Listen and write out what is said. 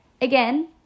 Again